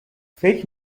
فکر